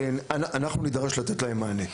שאנחנו נידרש לתת להן מענה.